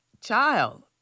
child